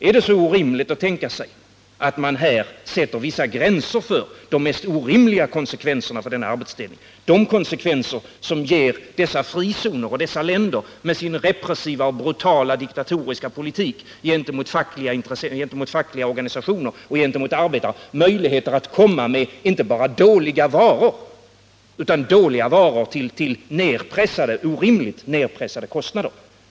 Är det så otänkbart att sätta vissa gränser för de mest orimliga konsekvenserna av denna arbetsfördelning, de konsekvenser som ger dessa frizoner och dessa länder, med sin repressiva och brutala diktatoriska politik - Nr 36 gentemot fackliga organisationer och arbetare, möjligheter att komma med inte bara dåliga varor, utan dåliga varor till orimligt nedpressade kostnader?